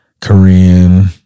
Korean